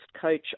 coach